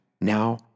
now